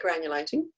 granulating